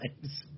times